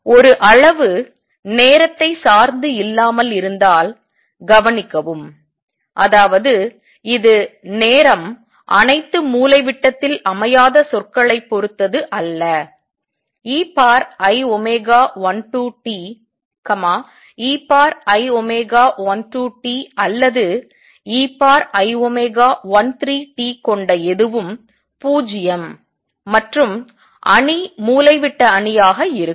ஒரு அளவு நேரத்தை சார்ந்து இல்லாமல் இருந்தால் கவனிக்கவும் அதாவது இது நேரம் அனைத்து மூலை விட்டத்தில் அமையாத சொற்களை பொறுத்தது அல்ல ei12t ei12t அல்லது ei13t கொண்ட எதுவும் 0 மற்றும் அணி மூலைவிட்ட அணியாக இருக்கும்